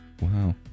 Wow